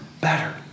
better